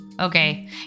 Okay